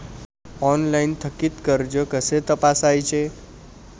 Online थकीत कर्ज कसे तपासायचे?